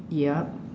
yup